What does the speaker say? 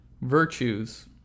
virtues